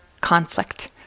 conflict